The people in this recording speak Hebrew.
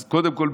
אז קודם כול,